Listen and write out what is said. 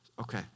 Okay